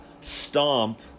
stomp